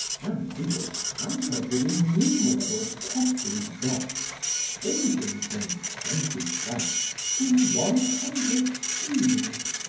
and he was hampered with innumerable petty debts ranging from twenty francs to one hundred sous.